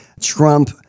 Trump